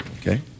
Okay